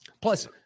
Plus –